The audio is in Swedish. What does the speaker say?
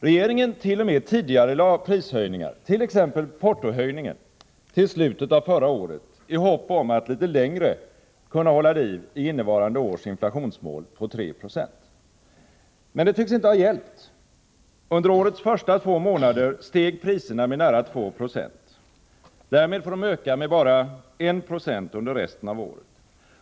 Regeringen t.o.m. tidigarelade prishöjningar, t.ex. portohöjningen, till slutet av förra året, i hopp om att litet längre kunna hålla liv i innevarande års inflationsmål om 3 96. Men det tycks inte ha hjälpt. Under årets första två månader steg priserna med nära 2 Zo. Därmed får de öka med bara 1 96 under resten av året.